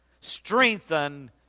strengthen